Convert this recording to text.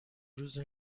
روز